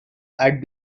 had